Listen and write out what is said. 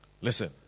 Listen